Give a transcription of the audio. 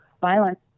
violence